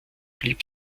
blieb